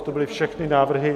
To byly všechny návrhy.